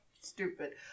stupid